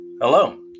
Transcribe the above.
Hello